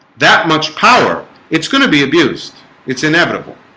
that much power it's going to be abused it's inevitable